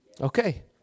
Okay